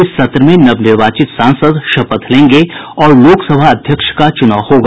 इस सत्र में नवनिर्वाचित सांसद शपथ लेंगे और लोकसभा अध्यक्ष का चुनाव होगा